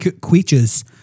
creatures